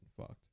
fucked